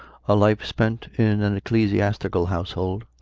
a life spent in an ecclesiastical household,